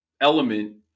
element